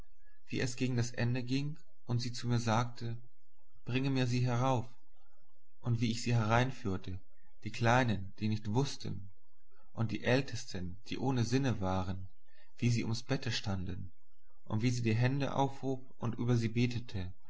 wie es gegen das ende ging und sie zu mir sagte bringe mir sie herauf und wie ich sie hereinführte die kleinen die nicht wußten und die ältesten die ohne sinne waren wie sie ums bette standen und wie sie die hände aufhob und über sie betete